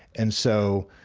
and so,